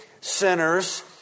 sinners